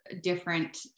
different